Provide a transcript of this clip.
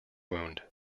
wound